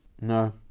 No